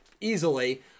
easily